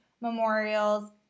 memorials